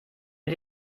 wir